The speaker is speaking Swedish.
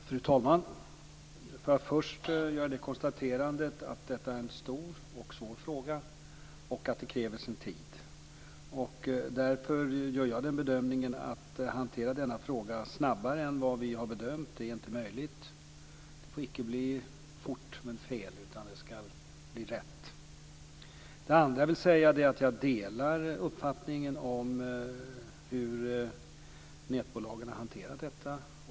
Fru talman! För det första gör jag konstaterandet att detta är en stor och svår fråga som kräver sin tid. Därför gör jag bedömningen att det inte är möjligt att hantera denna fråga snabbare än vad vi har bedömt. Det får icke bli fort men fel, utan det ska bli rätt. För det andra vill jag säga att jag delar uppfattningen om hur nätbolagen har hanterat detta.